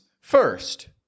first